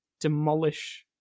demolish